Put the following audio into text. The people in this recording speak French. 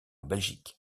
belgique